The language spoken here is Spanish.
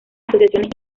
asociaciones